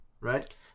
Right